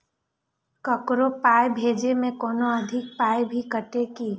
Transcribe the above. ककरो पाय भेजै मे कोनो अधिक पाय भी कटतै की?